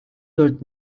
dört